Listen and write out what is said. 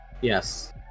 Yes